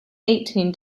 eighteen